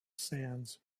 sands